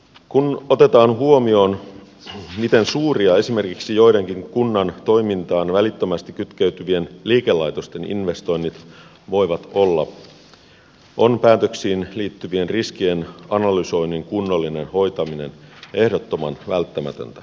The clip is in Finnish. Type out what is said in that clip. kun otetaan huomioon miten suuria esimerkiksi joidenkin kunnan toimintaan välittömästi kytkeytyvien liikelaitosten investoinnit voivat olla on päätöksiin liittyvien riskien analysoinnin kunnollinen hoitaminen ehdottoman välttämätöntä